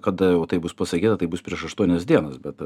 kada jau tai bus pasakyta tai bus prieš aštuonias dienas bet